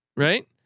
right